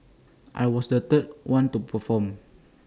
I was the third one to perform